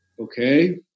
Okay